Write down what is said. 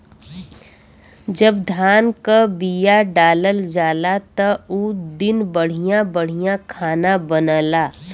जब धान क बिया डालल जाला त उ दिन बढ़िया बढ़िया खाना बनला